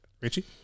Richie